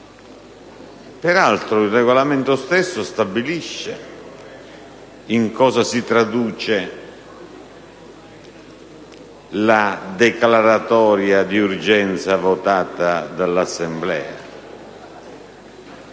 Peraltro, il Regolamento stesso stabilisce in cosa si traduce la declaratoria di urgenza votata dall'Assemblea,